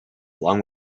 along